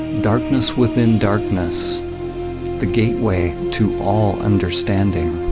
darkness within darkness the gateway to all understanding.